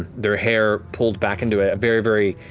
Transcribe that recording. their hair pulled back into a very, very